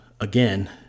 again